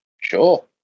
sure